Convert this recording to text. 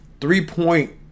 three-point